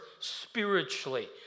spiritually